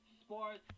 sports